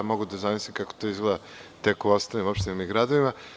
Mogu da zamislim kako to tek izgleda u ostalim opštinama i gradovima.